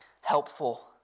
helpful